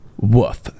Woof